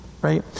Right